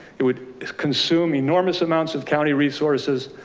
it would consume enormous amounts of county resources.